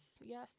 Yes